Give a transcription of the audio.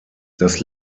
das